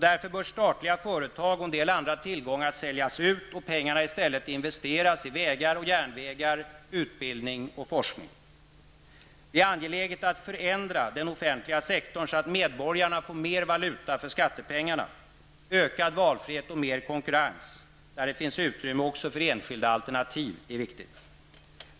Därför bör statliga företag och en del andra tillgångar säljas ut och pengarna i stället investeras i vägar och järnvägar, utbildning och forskning. * Det är angeläget att förändra den offentliga sektorn så att medborgarna kan får mer valuta för skattepengarna. Ökad valfrihet och mer konkurrens, där det finns utrymme också för enskilda alternativ, är viktigt.